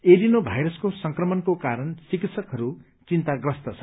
adeno भाइरसको संक्रमणको कारण चिकित्सकहरू चिन्ताप्रस्त छन्